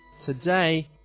today